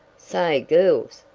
say, girls!